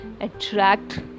attract